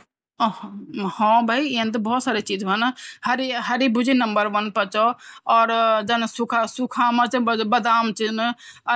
डुब्वीं भालू क बारा मा हमर सुण च की ऊ बल ठण्ड से बचण थय उनका बहुत बड़ा बड़ा बाल हुन्दा सॉफ्ट बाल हुन्दा की उनथय गरम रखन ऊना